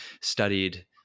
studied